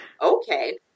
Okay